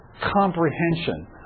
comprehension